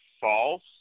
false